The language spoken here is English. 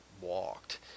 walked